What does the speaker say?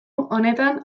honetan